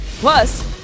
plus